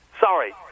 Sorry